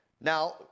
Now